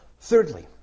Thirdly